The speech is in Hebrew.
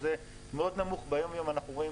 שזה מאוד נמוך ביום יום אנחנו רואים